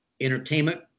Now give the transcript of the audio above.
entertainment